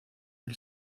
del